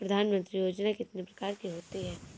प्रधानमंत्री योजना कितने प्रकार की होती है?